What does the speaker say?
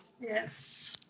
Yes